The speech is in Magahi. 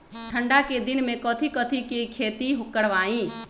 ठंडा के दिन में कथी कथी की खेती करवाई?